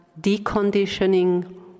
deconditioning